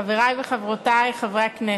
חברי וחברותי חברי הכנסת,